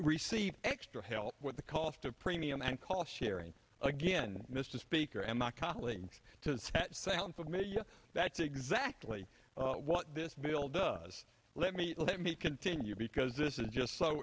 receive extra help with the cost of premium and cost sharing again mr speaker and not costly to sound familiar that's exactly what this bill does let me let me continue because this is just so